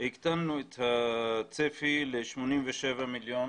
הקטנו את הצפי ל-87.5 מיליון